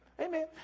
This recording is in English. Amen